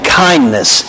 kindness